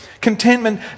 Contentment